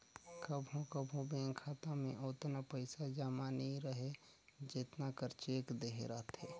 कभों कभों बेंक खाता में ओतना पइसा जमा नी रहें जेतना कर चेक देहे रहथे